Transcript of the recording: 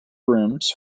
rooms